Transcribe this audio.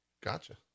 gotcha